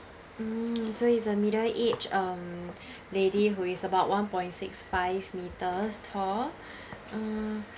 so it's a middle age um lady who is about one point six five metres tall um